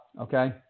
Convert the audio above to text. Okay